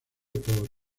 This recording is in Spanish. por